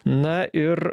na ir